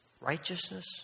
righteousness